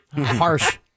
harsh